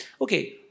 Okay